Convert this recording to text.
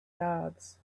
yards